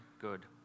good